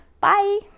bye